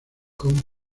kong